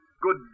Good